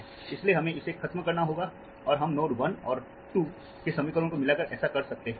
इसलिए हमें इसे खत्म करना होगा और हम नोड्स 1 और 2 के समीकरणों को मिलाकर ऐसा कर सकते हैं